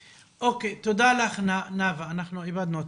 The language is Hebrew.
בזום) תודה לך, נאוה, אנחנו איבדנו אותך.